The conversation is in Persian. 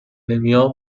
نمیام